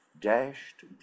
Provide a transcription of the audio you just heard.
dashed